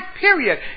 period